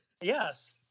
Yes